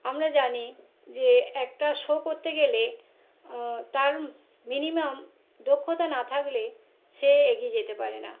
আমরা জানি যে একটা শো করতে গেলে তার মিনিমাম দক্ষতা না থাকলে সে এগিয়ে যেতে পারে না